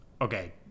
okay